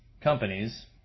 companies